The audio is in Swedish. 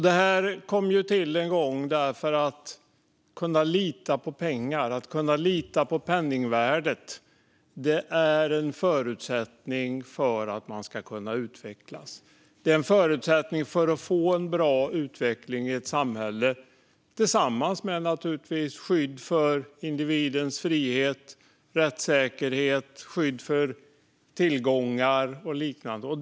Detta kom till en gång för att det här med att kunna lita på pengar och på penningvärdet är en förutsättning för att man ska kunna utvecklas. Det är en förutsättning för att få en bra utveckling i ett samhälle, naturligtvis tillsammans med skydd för individens frihet, rättssäkerhet, skydd för tillgångar och liknande.